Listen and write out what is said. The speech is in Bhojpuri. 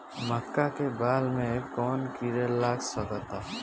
मका के बाल में कवन किड़ा लाग सकता?